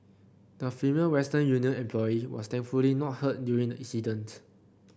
the female Western Union employee was thankfully not hurt during the incident